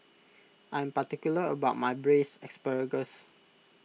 I am particular about my Braised Asparagus